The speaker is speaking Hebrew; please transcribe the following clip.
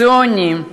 ציוני,